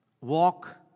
walk